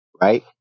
right